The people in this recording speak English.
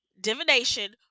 divination